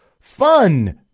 fun